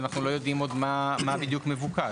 ואנחנו לא יודעים עוד מה בדיוק מבוקש.